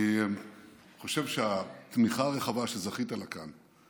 אני חושב שהתמיכה הרחבה שזכית לה כאן,